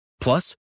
Plus